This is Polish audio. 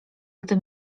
gdy